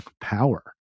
power